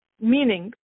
meaning